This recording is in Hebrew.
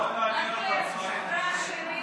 אבל יש כאן מחלוקת על מנהגים,